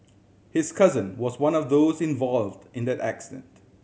his cousin was one of those involved in that accident